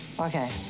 Okay